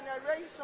generation